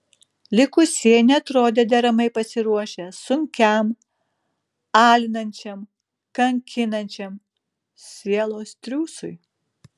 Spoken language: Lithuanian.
likusieji neatrodė deramai pasiruošę sunkiam alinančiam kankinančiam sielos triūsui